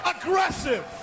Aggressive